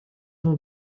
mon